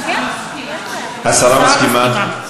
כן, אם השרה מסכימה.